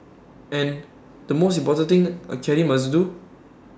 and the most important thing A caddie must do